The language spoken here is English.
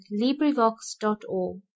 LibriVox.org